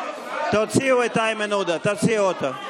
תוציאו את איימן עודה, תוציאו אותו.